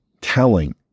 telling